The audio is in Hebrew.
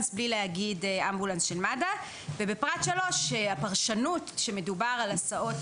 בלי להגיד "אמבולנס של מד"א" ובפרט 3 הפרשנות שמדובר על הסעות